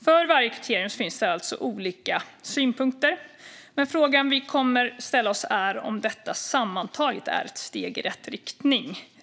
För varje kriterium finns det olika synpunkter, men frågan vi kommer att ställa oss är om detta sammantaget är ett steg i rätt riktning.